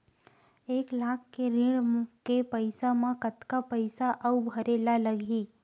एक लाख के ऋण के पईसा म कतका पईसा आऊ भरे ला लगही?